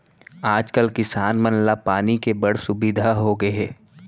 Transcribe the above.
आज कल किसान मन ला पानी के बड़ सुबिधा होगे हे